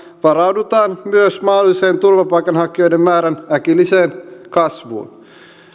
varaudutaan myös mahdolliseen turvapaikanhakijoiden määrän äkilliseen kasvuun